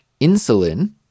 insulin